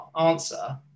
answer